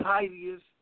tidiest